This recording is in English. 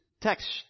text